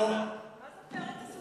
זה הפרץ הסוציאליסטי הזה?